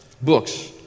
books